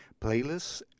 playlists